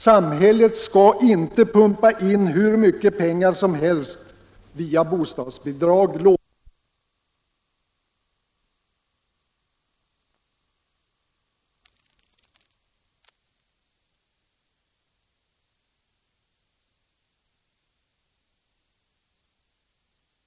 Samhället skall inte pumpa in hur mycket pengar som helst via bostadsbidrag, lånebidrag osv. till de privatintressen som finns på kapitalmarknaden då det gäller markägandet, byggmaterialproduktionen, bostadsbyggandet och bostadsförvaltningen. Samhället måste återupprätta och utveckla det politiska målet att bostaden skall vara en social rättighet och uppfylla målet genom att ta kontrollen över samtliga led i bostadens tillkomst och förvaltning.